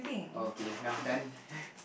oh okay nah done